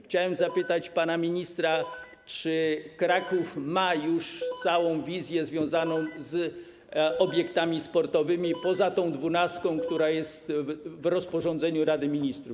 Chciałem zapytać pana ministra, czy Kraków ma już całą wizję związaną z obiektami sportowymi poza tą dwunastką, która jest wykazana w rozporządzeniu Rady Ministrów.